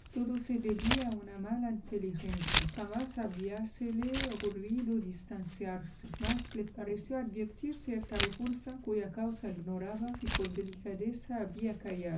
todo se debía a una mala inteligencia jamás habíasele ocurrido distanciarse mas le pareció advertir cierta repulsa cuya causa ignoraba y por delicadeza